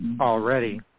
already